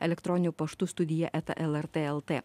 elektroniniu paštu studija eta lrt lt